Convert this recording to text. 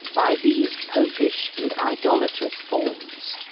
by these popish and idolatrous forms.